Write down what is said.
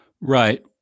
Right